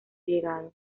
llegado